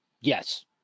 yes